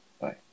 Bye